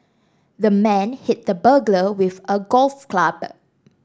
the man hit the burglar with a golf club